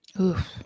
Oof